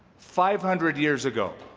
five hundred years ago.